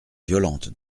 violente